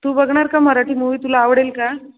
तू बघणार का मराठी मूवी तुला आवडेल का